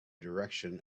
direction